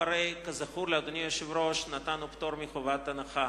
כזכור לאדוני היושב-ראש, נתנו פטור מחובת הנחה,